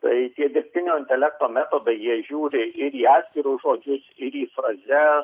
tai tie dirbtinio intelekto metodai jie žiūri ir į atskirus žodžius ir į frazes